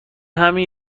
همین